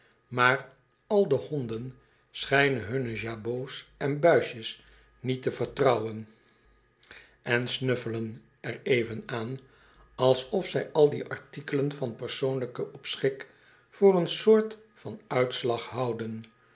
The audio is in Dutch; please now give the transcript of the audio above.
maar al de honden schijnen hunne jabots en buisjes niette vertrouwen en een reiziger me geen handel drupt snuffelen er even aan alsof zjj al die artikelen van persoonlijken opschik voor een soort van uitslag houden